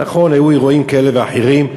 נכון, היו אירועים כאלה ואחרים,